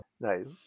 nice